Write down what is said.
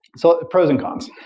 so pros and cons.